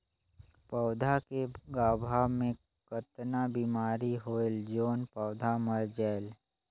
पौधा के गाभा मै कतना बिमारी होयल जोन पौधा मर जायेल?